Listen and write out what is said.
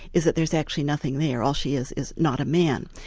is that there's actually nothing there, all she is is not a man.